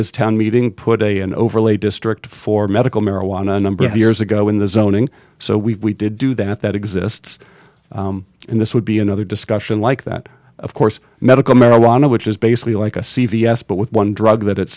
as town meeting put a an overlay district for medical marijuana a number of years ago in the zoning so we did do that that exists in this would be another discussion like that of course medical marijuana which is basically like a c v s but with one drug that it's